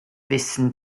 wissen